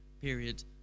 period